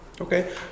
Okay